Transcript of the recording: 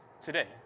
today